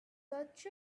such